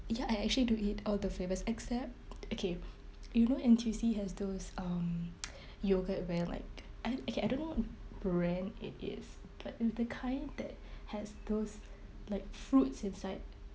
ya I actually do eat all the flavours except okay you know N_T_U_C has those um yogurt where like I okay I don't know what brand it is but uh the kind that has those like fruits inside